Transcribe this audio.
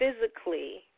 physically